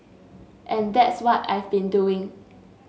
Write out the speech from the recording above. and that's what I've been doing